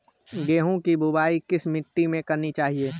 गेहूँ की बुवाई किस मिट्टी में करनी चाहिए?